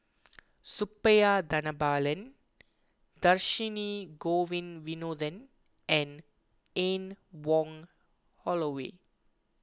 Suppiah Dhanabalan Dhershini Govin Winodan and Anne Wong Holloway